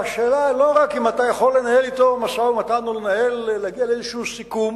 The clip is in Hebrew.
השאלה היא לא רק אם אתה יכול לנהל אתו משא-ומתן ולהגיע לאיזה סיכום.